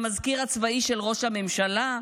המזכיר הצבאי של ראש הממשלה,